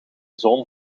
zoon